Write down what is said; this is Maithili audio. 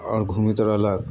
आओर घूमैत रहलक